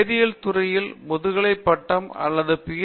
வேதியியல் துறையில் முதுகலைப் பட்டம் அல்லது பி